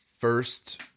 first